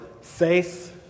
faith